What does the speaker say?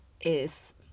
is-